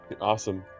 Awesome